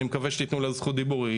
אני מקווה שתתנו לה זכות דיבור,